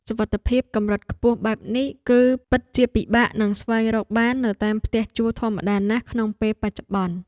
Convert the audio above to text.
សុវត្ថិភាពកម្រិតខ្ពស់បែបនេះ គឺពិតជាពិបាកនឹងស្វែងរកបាននៅតាមផ្ទះជួលធម្មតាណាស់ក្នុងពេលបច្ចុប្បន្ន។